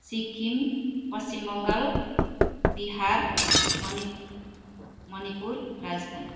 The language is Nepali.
सिक्किम पश्चिम बङ्गाल बिहार मणि मणिपुर राजस्थान